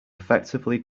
effectively